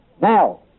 Now